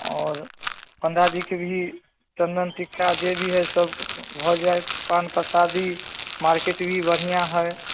आओर पण्डाजीके भी चन्दन टीका जे भी हइ सब भऽ जाएत पान परसादी मार्केट भी बढ़िआँ हइ